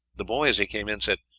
the boy, as he came in, said,